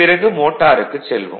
பிறகு மோட்டாருக்குச் செல்வோம்